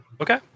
Okay